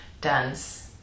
dance